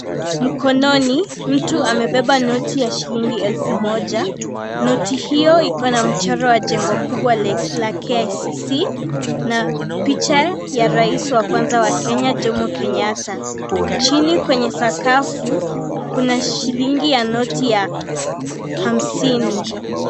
Mkononi mtu amebeba noti ya shilingi elfu moja, noti hiyo iko na mchoro wa jengo kubwa la KICC na picha ya rais wa kwanaza wa Kenya Jomo Kenyatta, chini kwenye sakafu kuna shilingi ya noti ya hamsini.